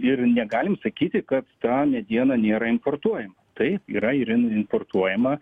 ir negalim sakyti kad ta mediena nėra importuojama taip yra ir importuojama